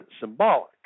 symbolic